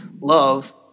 love